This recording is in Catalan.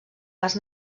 pas